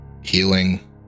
healing